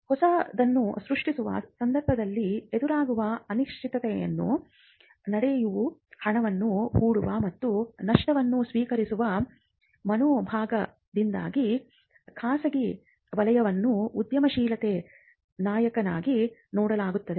ಹೊಸದನ್ನು ಸೃಷ್ಟಿಸುವ ಸಂದರ್ಭದಲ್ಲಿ ಎದುರಾಗುವ ಅನಿಶ್ಚಿತತೆಯ ನಡುವೆಯೂ ಹಣವನ್ನು ಹೂಡುವ ಮತ್ತು ನಷ್ಟವನ್ನು ಸ್ವೀಕರಿಸುವ ಮನೋಭಾವದಿಂದಾಗಿ ಖಾಸಗಿ ವಲಯವನ್ನು ಉದ್ಯಮಶೀಲತೆಯ ನಾಯಕನಾಗಿ ನೋಡಲಾಗುತ್ತದೆ